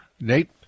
Nate